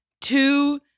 two